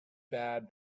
bad